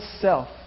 self